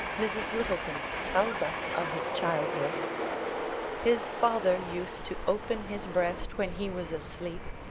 mrs. lyttleton, tells us of his childhood his father used to open his breast when he was asleep,